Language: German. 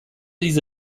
diese